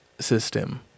system